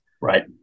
Right